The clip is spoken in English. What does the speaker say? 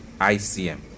icm